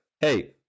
hey